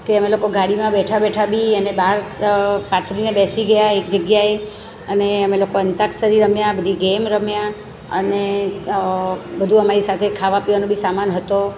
કે અમે લોકો ગાડીમાં બેઠા બેઠા બી અમે બહાર પાથરી ને બેસી ગયા એક જગ્યાએ અને અમે લોકો અંતાક્ષરી રમ્યા બધી ગેમ રમ્યા અને બધું અમારી સાથે ખાવા પીવાનો બી સામાન હતો